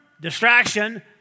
distraction